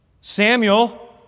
Samuel